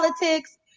politics